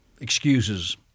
excuses